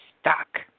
stuck